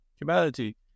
humanity